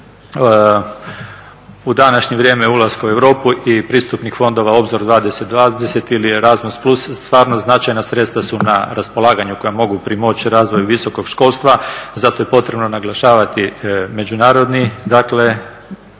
U današnje vrijeme ulaska u Europu i pristupnih fondova Obzor 20 ili Razumus plus stvarno značajna sredstva su na raspolaganju koja mogu primoći razvoju visokog školstva. Zato je potrebno naglašavati međunarodni